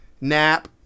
nap